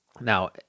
Now